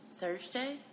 Thursday